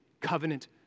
covenant